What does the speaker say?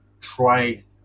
try